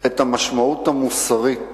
את המשמעות המוסרית